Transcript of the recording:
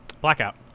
Blackout